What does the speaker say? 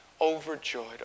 overjoyed